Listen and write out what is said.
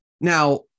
now